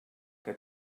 que